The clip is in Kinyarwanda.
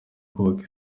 kubaka